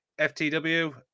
FTW